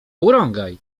urągaj